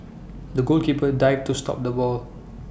the goalkeeper dived to stop the ball